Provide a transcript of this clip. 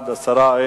3)